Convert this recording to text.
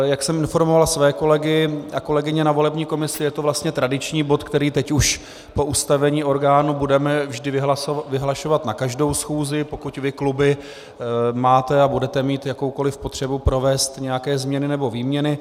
Jak jsem informoval své kolegy a kolegyně ve volební komisi, je to vlastně tradiční bod, který teď už po ustavení orgánu budeme vždy vyhlašovat na každou schůzi, pokud vy kluby máte a budete mít jakoukoli potřebu provést nějaké změny nebo výměny.